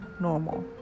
normal